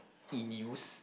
E news